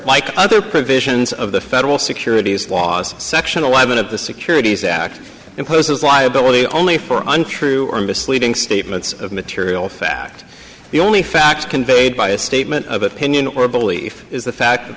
like other provisions of the federal securities laws section eleven of the securities act imposes liability only for untrue or misleading statements of material fact the only facts conveyed by a statement of opinion or belief is the fact that